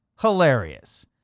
Hilarious